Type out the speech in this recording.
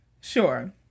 Sure